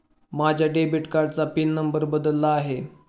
माझ्या डेबिट कार्डाचा PIN number बदलला आहे